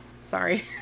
Sorry